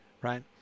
right